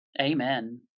Amen